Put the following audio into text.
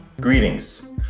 Greetings